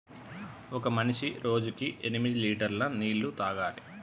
ఒక మనిషి రోజుకి ఎనిమిది లీటర్ల నీళ్లు తాగాలి